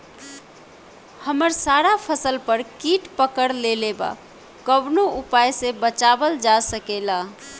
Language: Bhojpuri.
हमर सारा फसल पर कीट पकड़ लेले बा कवनो उपाय से बचावल जा सकेला?